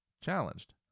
challenged